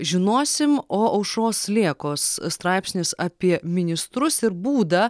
žinosim o aušros lėkos straipsnis apie ministrus ir būdą